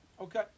Okay